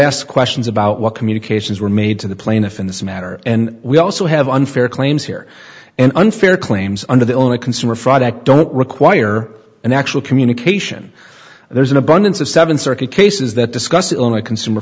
asked questions about what communications were made to the plaintiff in this matter and we also have unfair claims here and unfair claims under the only consumer fraud act don't require an actual communication there is an abundance of seven circuit cases that discuss the consumer